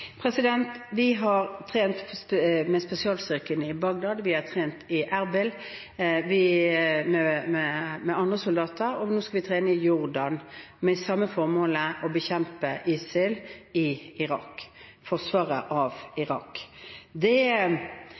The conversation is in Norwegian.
Vi har trent med spesialstyrken i Bagdad, vi har trent i Erbil med andre soldater, og nå skal vi trene i Jordan, med det samme formålet: å bekjempe ISIL i Irak – og forsvaret av Irak. Det